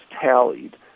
tallied